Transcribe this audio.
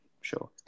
sure